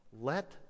Let